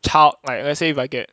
child like let's say if I get